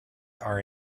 are